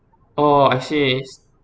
oh I see